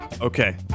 Okay